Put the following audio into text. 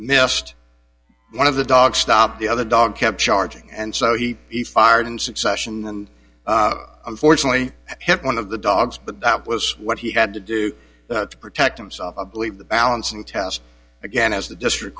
missed one of the dogs stopped the other dog kept charging and so he fired in succession and unfortunately hit one of the dogs but that was what he had to do to protect himself i believe the balancing test again as the district